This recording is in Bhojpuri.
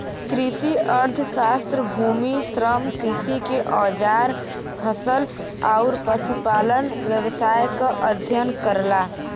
कृषि अर्थशास्त्र भूमि, श्रम, कृषि के औजार फसल आउर पशुपालन व्यवसाय क अध्ययन करला